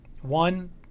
one